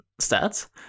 stats